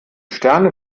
sterne